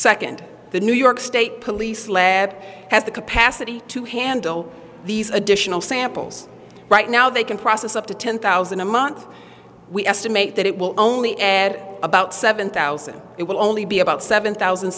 second the new york state police lab has the capacity to handle these additional samples right now they can process up to ten thousand a month we estimate that it will only add about seven thousand it will only be about seven thousand